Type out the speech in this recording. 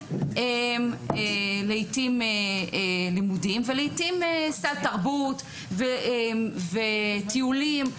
לעיתים לימודים ולעיתים סל תרבות וטיולים.